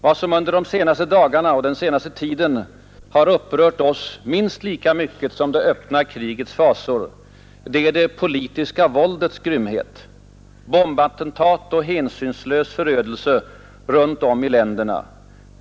Vad som under den senaste tiden har upprört oss minst lika mycket som det öppna krigets fasor är det politiska våldets grymheter — bombattentat och hänsynslös förödelse i länderna runt vår jord.